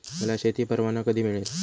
मला शेती परवाना कधी मिळेल?